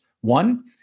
One